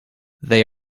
they